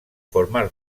formar